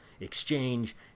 exchange